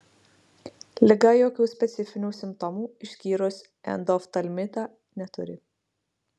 liga jokių specifinių simptomų išskyrus endoftalmitą neturi